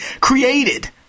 created